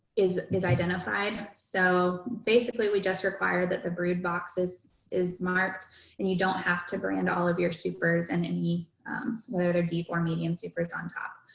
is is identified. so basically we just require that the brood boxes is marked and you don't have to brand all of your supers and any other deep or medium supers on top.